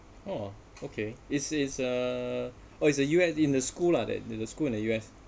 orh okay is is uh oh is the U_S in the school lah that the the school in the U_S